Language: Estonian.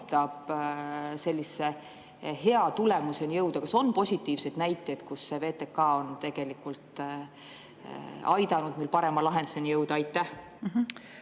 mõttes hea tulemuseni jõuda. Kas on positiivseid näiteid, kui VTK on tegelikult aidanud meil parema lahenduseni jõuda? Aitäh!